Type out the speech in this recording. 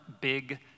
big